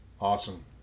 Awesome